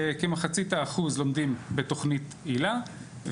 כמחצית האחוז לומדים בתוכנית ׳הילה׳,